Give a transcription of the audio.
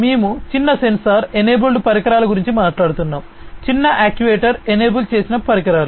మేము చిన్న sensor enable పరికరాల గురించి మాట్లాడుతున్నాము చిన్న యాక్యుయేటర్ ఎనేబుల్ చేసిన పరికరాలు